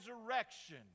resurrection